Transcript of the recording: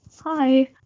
Hi